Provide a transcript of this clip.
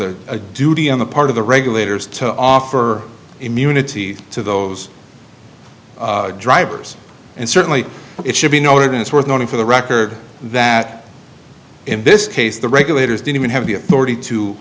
a duty on the part of the regulators to offer immunity to those drivers and certainly it should be noted it's worth noting for the record that in this case the regulators didn't have the authority to